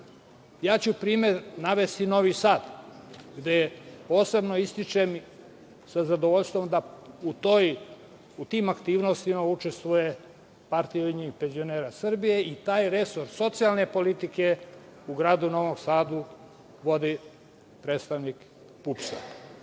Ja ću za primer navesti Novi Sad, gde posebno ističem, sa zadovoljstvom, da u tim aktivnostima učestvuje Partija ujedinjenih penzionera Srbije i taj resor socijalne politike u gradu Novom Sadu vodi predstavnik PUPS-a.